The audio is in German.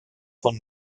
von